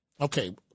Okay